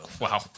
Wow